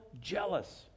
jealous